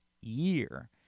year